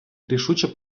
рішуче